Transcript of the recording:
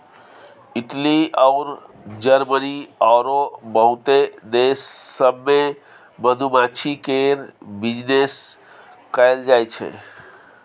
Italy अउर Germany आरो बहुते देश सब मे मधुमाछी केर बिजनेस कएल जाइ छै